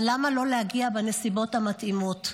אבל למה לא להגיע בנסיבות המתאימות?